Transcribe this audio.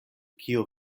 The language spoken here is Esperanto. kio